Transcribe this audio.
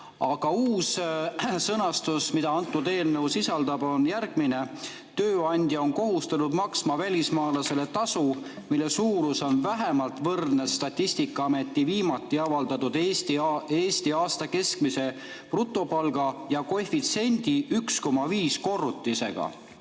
Aga uus sõnastus, mida see eelnõu sisaldab, on järgmine: "Tööandja on kohustatud maksma välismaalasele tasu, mille suurus on vähemalt võrdne Statistikaameti viimati avaldatud Eesti aasta keskmise brutopalga ja koefitsiendi 1,5 korrutisega."